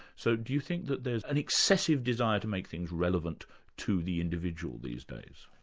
so do you think that there's an excessive desire to make things relevant to the individual these days?